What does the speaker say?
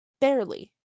Barely